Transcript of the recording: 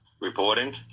reporting